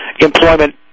Employment